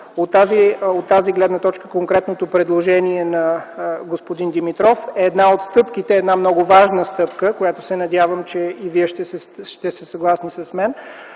От тази гледна точка конкретното предложение на господин Димитров е една от стъпките, една много важна стъпка, за което се надявам, че и Вие ще сте съгласни с мен.